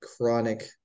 chronic